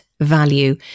value